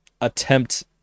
attempt